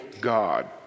God